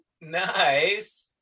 Nice